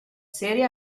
serie